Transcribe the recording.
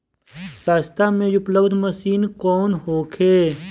सस्ता में उपलब्ध मशीन कौन होखे?